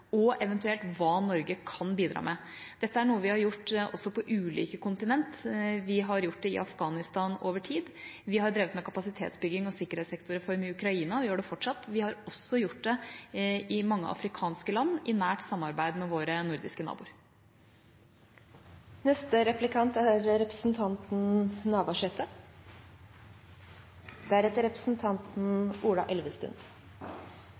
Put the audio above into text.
og eventuelt hva Norge kan bidra med. Dette er noe vi har gjort på ulike kontinent. Vi har gjort det i Afghanistan over tid, vi har drevet med kapasitetsbygging og sikkerhetssektorreform i Ukraina, og gjør det fortsatt, og vi har også gjort det i mange afrikanske land, i nært samarbeid med våre nordiske naboer. Noreg er